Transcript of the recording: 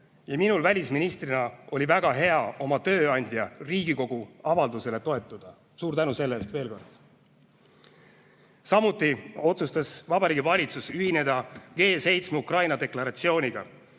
Ja minul välisministrina oli väga hea oma tööandja, Riigikogu avaldusele toetuda. Suur tänu selle eest veel kord! Samuti otsustas Vabariigi Valitsus ühineda G7 Ukraina deklaratsiooniga,